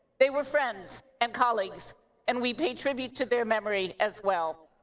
they were friends and colleagues and we pay tribute to their memory as well.